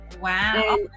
Wow